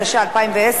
התש"ע 2010,